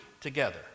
together